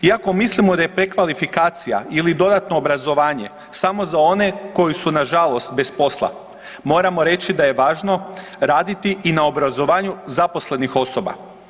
Iako mislimo da je prekvalifikacija ili dodatno obrazovanje samo za one koji su nažalost bez posla moramo reći da je važno raditi i na obrazovanju zaposlenih osoba.